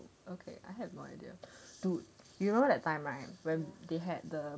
okay I have no idea dude do you know that time right when they had the